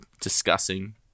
discussing